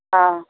অঁ